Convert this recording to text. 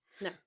no